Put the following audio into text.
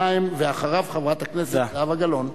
אחריו, חברת הכנסת זהבה גלאון.